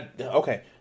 Okay